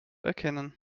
erkennen